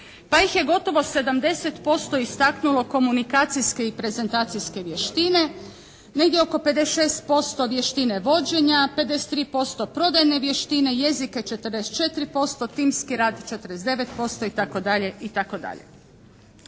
pa ih je gotovo 70% istaknulo komunikacijske i prezentacijske vještine, negdje oko 56% vještine vođenja, 53% prodajne vještine, jezika 44%, timski rad 49% itd. Koje